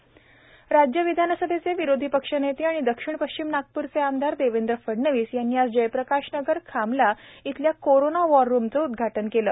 देवेंद्र फडणवीस राज्य विधानसभेचे विरोधी पक्षनेते आणि दक्षिण पश्चिम नागप्रचे आमदार देवेंद्र फडणवीस यांनी आज जयप्रकाश नगर खामला येथील करोना वॉर रुमचे उदघाटन केले